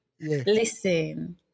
Listen